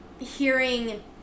hearing